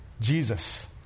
Jesus